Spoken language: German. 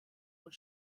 und